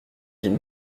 d’une